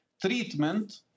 treatment